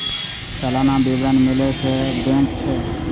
सलाना विवरण मिलै छै बैंक से?